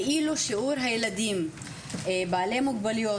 ואילו שיעור הילדים בעלי המוגבלויות